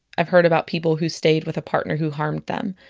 i've heard about people who stayed with a partner who harmed them,